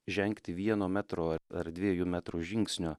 žengti vieno metro ar dviejų metrų žingsnio